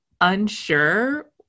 unsure